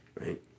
right